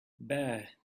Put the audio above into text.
bad